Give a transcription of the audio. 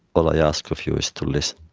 all i ask of you is to listen